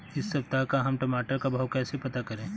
इस सप्ताह का हम टमाटर का भाव कैसे पता करें?